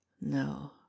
no